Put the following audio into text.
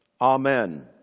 amen